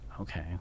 okay